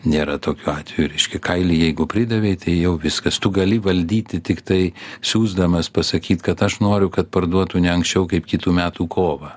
nėra tokių atvejų reiškia kailį jeigu pridavei tai jau viskas tu gali valdyti tiktai siųsdamas pasakyt kad aš noriu kad parduotų ne anksčiau kaip kitų metų kovą